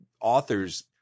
authors